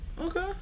Okay